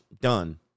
done